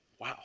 Wow